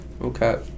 okay